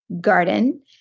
garden